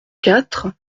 quatre